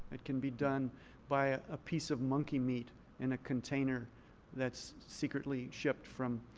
it can be done by a piece of monkey meat in a container that's secretly shipped from